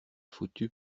foutu